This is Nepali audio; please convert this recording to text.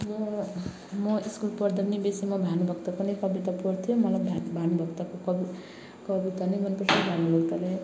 म म स्कुल पढ्दा पनि बेसी म भानुभक्तको नै कविता पढ्थेँ मलाई भा भानुभक्तको कवि कविता नै मन पर्छ भानुभक्तले